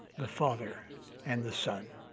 the father and the son.